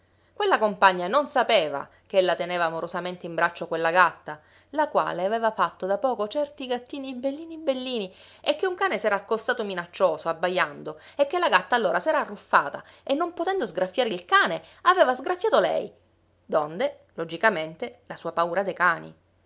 quella compagna non sapeva ch'ella teneva amorosamente in braccio quella gatta la quale aveva fatto da poco certi gattini bellini bellini e che un cane s'era accostato minaccioso abbajando e che la gatta allora s'era arruffata e non potendo sgraffiare il cane aveva sgraffiato lei donde logicamente la sua paura dei cani